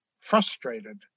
frustrated